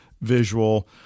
visual